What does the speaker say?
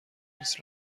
نیست